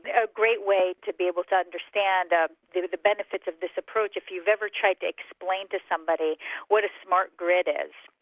a great way to be able to understand ah the the benefits of this approach. if you've ever tried to explain to somebody what a smart grid is,